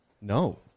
No